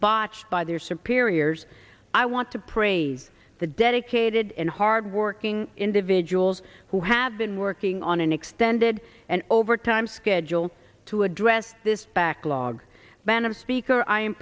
botched by their superiors i want to praise the dedicated and hard working individuals who have been working on an extended and over time schedule to address this backlog banham speaker i